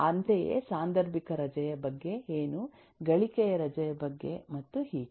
ಅಂತೆಯೇ ಸಾಂದರ್ಭಿಕ ರಜೆಯ ಬಗ್ಗೆ ಏನು ಗಳಿಕೆಯ ರಜೆ ಬಗ್ಗೆ ಮತ್ತು ಹೀಗೆ